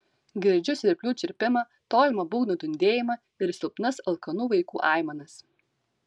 girdžiu svirplių čirpimą tolimą būgnų dundėjimą ir silpnas alkanų vaikų aimanas